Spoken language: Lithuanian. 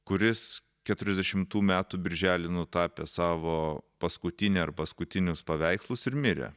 kuris keturiasdešimtų metų birželį nutapė savo paskutinį ar paskutinius paveikslus ir mirė